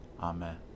Amen